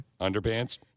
underpants